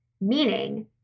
meaning